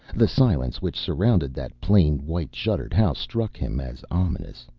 the silence which surrounded that plain white-shuttered house struck him as ominous.